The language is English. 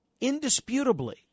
indisputably